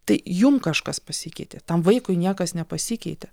tai jum kažkas pasikeitė tam vaikui niekas nepasikeitė